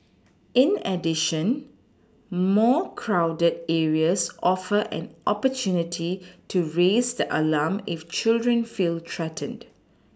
in addition more crowded areas offer an opportunity to raise the alarm if children feel threatened